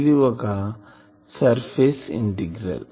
ఇది ఒక surface integral